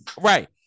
right